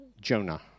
Jonah